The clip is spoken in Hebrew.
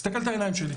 תסתכל על העיניים שלי...